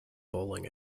bowling